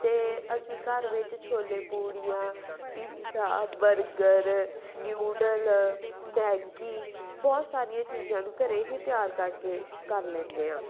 ਅਤੇ ਅਸੀਂ ਘਰ ਵਿੱਚ ਛੋਲੇ ਪੂੜੀਆਂ ਪੀਜ਼ਾ ਬਰਗਰ ਨਿਊਡਲ ਮੈਗੀ ਬਹੁਤ ਸਾਰੀਆਂ ਚੀਜ਼ਾਂ ਨੂੰ ਘਰ ਹੀ ਤਿਆਰ ਕਰਕੇ ਕਰ ਲੈਂਦੇ ਹਾਂ